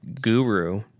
guru